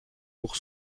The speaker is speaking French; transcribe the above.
pour